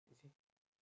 you see